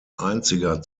einziger